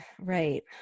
Right